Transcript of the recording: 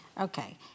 Okay